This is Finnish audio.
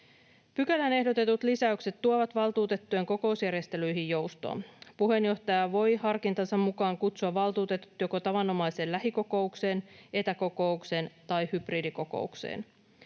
Pykälään ehdotetut lisäykset tuovat valtuutettujen kokousjärjestelyihin joustoa. Puheenjohtaja voi harkintansa mukaan kutsua valtuutetut joko tavanomaiseen lähikokoukseen, etäkokoukseen tai hybridikokoukseen.